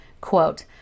quote